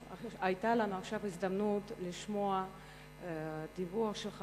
היתה לנו עכשיו הזדמנות לשמוע דיווח שלך